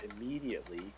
immediately